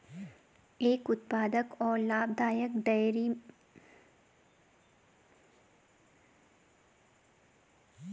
एक उत्पादक और लाभदायक डेयरी में गाय का आराम सर्वोपरि है